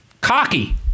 cocky